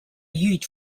used